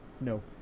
no